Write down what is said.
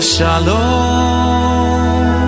Shalom